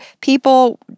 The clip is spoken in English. People